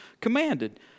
commanded